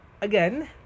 again